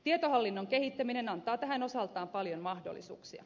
tietohallinnon kehittäminen antaa tähän osaltaan paljon mahdollisuuksia